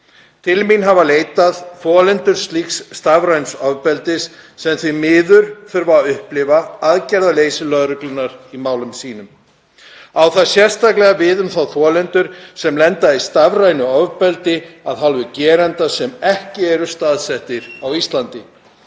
Til mín hafa leitað þolendur slíks stafræns ofbeldis sem því miður þurfa að upplifa aðgerðaleysi lögreglunnar í málum sínum. Á það sérstaklega við um þá þolendur sem lenda í stafrænu ofbeldi af hálfu gerenda sem ekki eru staðsettir á Íslandi,